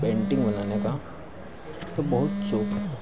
painting बनाने का बहुत शौक़ है